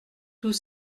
tous